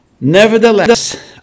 nevertheless